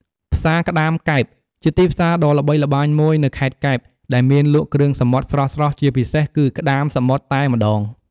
ផ្សារក្តាម កែប ជាទីផ្សារដ៏ល្បីល្បាញមួយនៅខេត្តកែប ដែលមានលក់គ្រឿងសមុទ្រស្រស់ៗ ជាពិសេសគឺក្តាមសមុទ្រតែម្ដង។